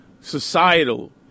societal